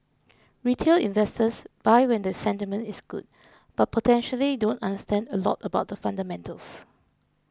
retail investors buy when the sentiment is good but potentially don't understand a lot about the fundamentals